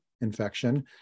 infection